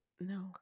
no